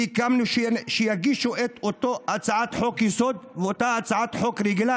סיכמנו שיגישו את אותה הצעת חוק-יסוד ואותה הצעת חוק רגילה,